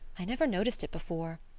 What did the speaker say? i never noticed it before.